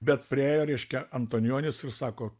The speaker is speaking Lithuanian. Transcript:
bet priėjo reiškia antonionis ir sako